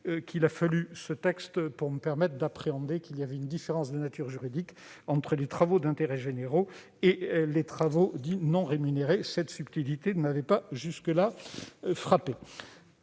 qu'il aura fallu ce texte pour me permettre d'appréhender la différence de nature juridique entre les travaux d'intérêt général et les travaux non rémunérés. Cette subtilité ne m'avait pas frappé